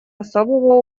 особого